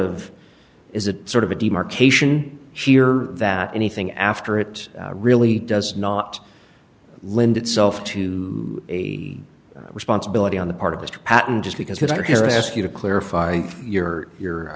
of is a sort of a demarcation sheerer that anything after it really does not lend itself to a responsibility on the part of this to patton just because his or her ask you to clarify your your